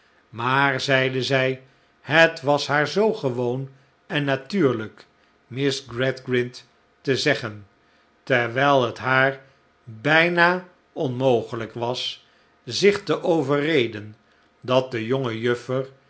maar zeide zij het was haar zoo gewoon en natuurlijk miss gradgrind te zeggen terwijl het haar bijna onmogelijk was zich te overreden dat de